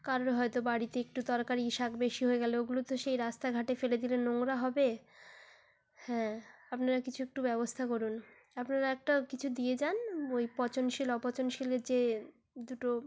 কারোর হয়তো বাড়িতে একটু তরকারি শাক বেশি হয়ে গেল ওগুলো তো সেই রাস্তাঘাটে ফেলে দিলে নোংরা হবে হ্যাঁ আপনারা কিছু একটু ব্যবস্থা করুন আপনারা একটা কিছু দিয়ে যান ওই পচনশীল অপচনশীলের যে দুটো